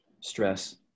stress